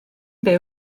byw